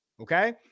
Okay